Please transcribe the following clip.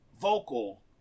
vocal